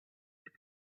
have